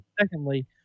Secondly